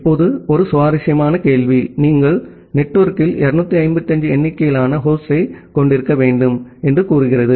இப்போது ஒரு சுவாரஸ்யமான கேள்வி நீங்கள் நெட்வொர்க்கில் 255 எண்ணிக்கையிலான ஹோஸ்டைக் கொண்டிருக்க வேண்டும் என்று கூறுகிறது